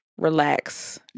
Relax